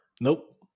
Nope